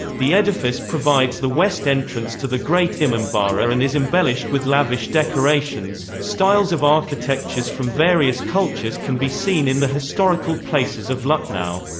the edifice provides the west entrance to the great imambara and is embellished with lavish decorations styles of architectures from various cultures can be seen in the historical places of lucknow.